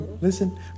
Listen